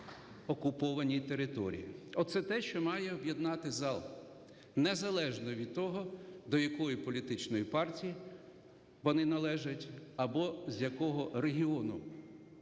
окупованій території. Оце те, що має об'єднати зал незалежно від того, до якої політичної партії вони належать, або з якого регіону